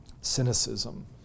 cynicism